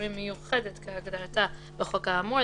שחרורים מיוחדת כהגדרתה בחוק האמור,